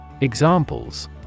Examples